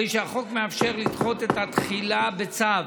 הרי שהחוק מאפשר לדחות את התחילה בצו,